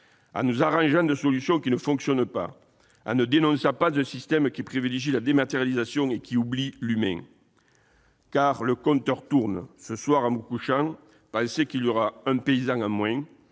en nous arrangeant de solutions qui ne fonctionnent pas, en ne dénonçant pas un système qui privilégie la dématérialisation et qui oublie l'humain. Le compteur tourne. Ce soir, en vous couchant, chers collègues, pensez qu'il y aura un paysan de moins,